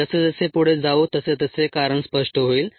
जसजसे पुढे जाऊ तसतसे कारण स्पष्ट होईल